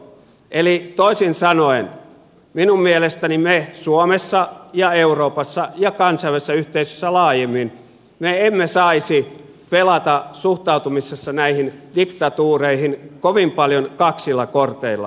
eli toisin sanoen minun mielestäni me suomessa ja euroopassa ja kansainvälisessä yhteisössä laajemmin emme saisi pelata suhtautumisessa näihin diktatuureihin kovin paljon kaksilla korteilla